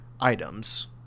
items